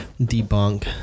debunk